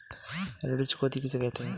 ऋण चुकौती किसे कहते हैं?